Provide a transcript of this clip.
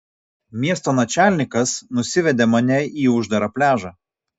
miesto načalnikas nusivedė mane į uždarą pliažą